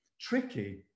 tricky